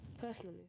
personally